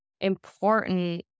important